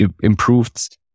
improved